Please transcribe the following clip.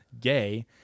gay